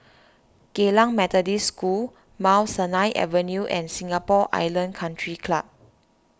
Geylang Methodist School Mount Sinai Avenue and Singapore Island Country Club